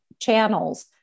channels